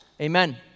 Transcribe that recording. amen